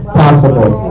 possible